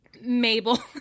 Mabel